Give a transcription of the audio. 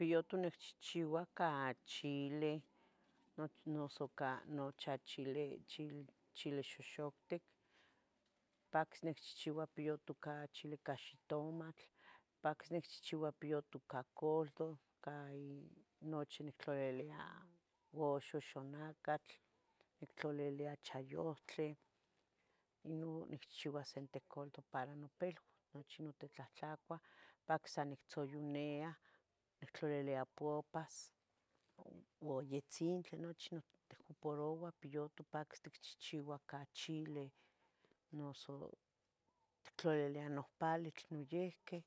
Piyutoh nicchihchiua ca chile noso ca noch cha chi, chile xoxoctic, paquis nicchihchiua piyutoh ca chile ca xitomatl, paquis nicchihchiua piyutoh ca culdo, ca in nochi nictlalilia uxux xonacatl, nictlalilia chayohtli, ino nicchiua sente culdo para nopilua, nochi non titlahtlacuah, paquis sanictzoyonia, nictlalilia puapas u yetzintli nochi non, ticuparoua piyutoh paquis ticchihchiua ca chile noso tictlaliliah nohpalitl noyihqui,